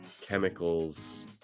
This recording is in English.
chemicals